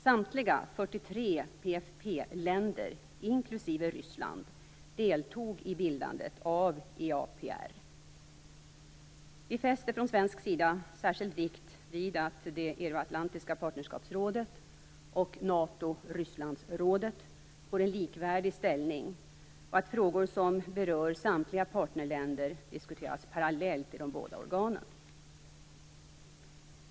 Samtliga 43 PFF-länder, inklusive Ryssland deltog i bildandet av EAPR. Vi fäster från svensk sida särskild vikt vid att det euroatlantiska partnerskapsrådet och NATO-Ryssland-rådet får likvärdig ställning och vid att frågor som berör samtliga partnerländer diskuteras parallellt i de båda organen.